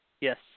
Yes